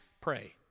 pray